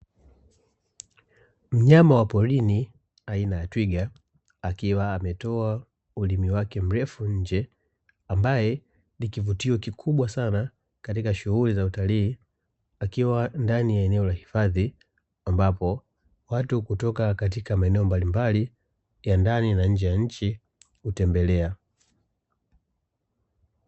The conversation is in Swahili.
Mnyama wa porini aina ya twiga, akiwa ametoa ulimi wake mrefu nje, ambaye nikivutio kikubwa sana katika shughuli za utalii, akiwa ndani ya eneo la hifadhi ambapo watu kutoka katika maeneo mbalimbali ya ndani na nje ya nchi hutembelea.